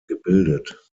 gebildet